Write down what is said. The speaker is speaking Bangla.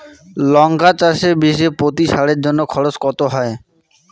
লঙ্কা চাষে বিষে প্রতি সারের জন্য খরচ কত হয়?